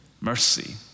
mercy